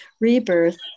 Rebirth